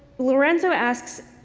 lorenzo asks,